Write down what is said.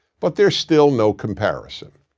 but there's still no comparison.